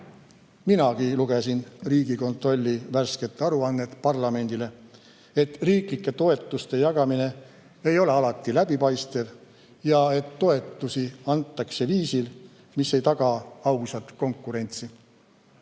Minagi lugesin Riigikontrolli värskest aruandest parlamendile, et riiklike toetuste jagamine ei ole alati läbipaistev ja et toetusi antakse viisil, mis ei taga ausat konkurentsi.